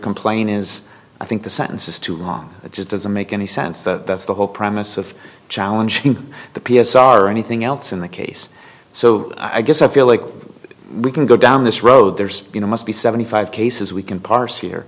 complaining is i think the sentence is too long it just doesn't make any sense that that's the whole premise of challenge the p s r or anything else in the case so i guess i feel like we can go down this road there's you know must be seventy five cases we can parse here